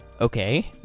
Okay